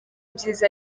byiza